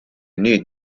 nüüd